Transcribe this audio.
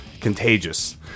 contagious